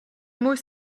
mot